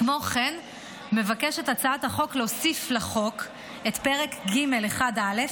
כמו כן מבקשת הצעת החוק להוסיף לחוק את פרק (ג)(1)(א),